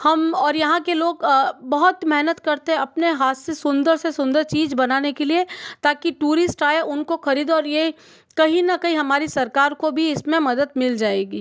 हम और यहाँ के लोग बहुत मेहनत करते अपने हाथ से सुंदर से सुंदर चीज़ बनाने के लिए ताकि टूरिस्ट आए उनको ख़रीदे और यह कहीं न कहीं हमारी सरकार को भी इसमें मदद मिल जाएगी